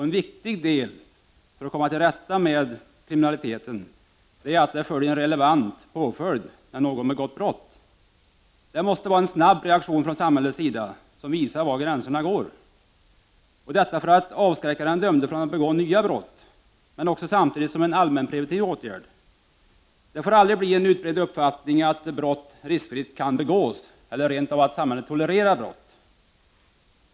En viktig del för att komma till rätta med kriminaliteten är en relevant påföljd när någon har begått brott. Det måste vara en snabb reaktion från samhällets sida som visar var gränserna går — detta för att avskräcka den dömde från att begå nya brott men också som en allmänpreventiv åtgärd. Det får aldrig bli en utbredd uppfattning att brott riskfritt kan begås eller att samhället rent av tolerar brott.